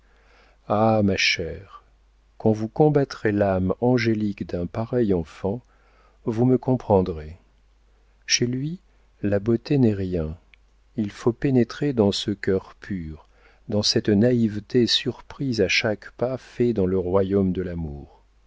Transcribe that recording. ah ma chère quand vous connaîtrez l'âme angélique d'un pareil enfant vous me comprendrez chez lui la beauté n'est rien il faut pénétrer dans ce cœur pur dans cette naïveté surprise à chaque pas fait dans le royaume de l'amour